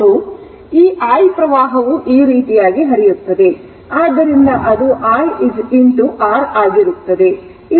ಮತ್ತು ಈ I ಪ್ರವಾಹವು ಈ ರೀತಿ ಹರಿಯುತ್ತದೆ ಆದ್ದರಿಂದ ಅದು I R ಆಗಿರುತ್ತದೆ